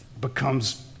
becomes